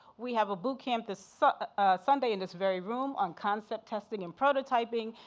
we have a bootcamp this sunday sunday in this very room on concept testing and prototyping.